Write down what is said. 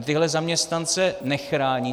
A tyhle zaměstnance nechráníte?